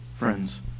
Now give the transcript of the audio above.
Friends